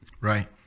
Right